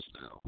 now